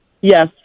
Yes